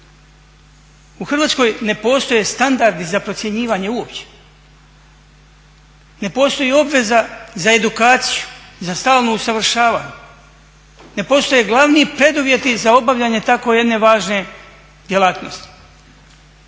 U Hrvatskoj ne postoje standardi za procjenjivanje uopće, ne postoji obveza za edukaciju, za stalno usavršavanje, ne postoje glavni preduvjeti za obavljanje tako jedne važne djelatnosti.